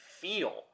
feel